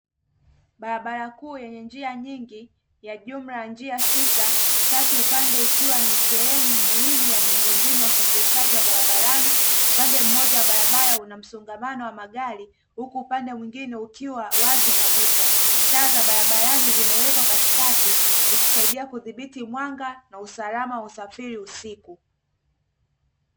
Barabara kuu yenye njia nyingi ya jumla ya njia sita, tatu upande ikiwa ni sehemu muhimu ya miundombinu ya usafirishaji wa barabarani; upande mmoja wa barabara una msongamano wa magari, huku upande mwingine ukiwa wazi kabisa; taa za barabarani zimewekwa katikati zilisaidia kudhibiti mwanga na usalama wa usafiri usiku.